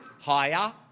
Higher